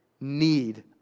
need